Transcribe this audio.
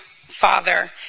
father